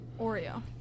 Oreo